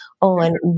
on